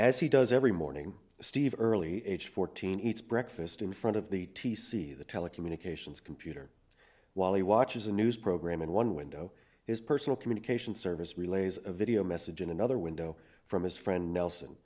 as he does every morning steve early age fourteen eats breakfast in front of the t c the telecommunications computer while he watches a news program in one window his personal communication service relays a video message in another window from his friend nelson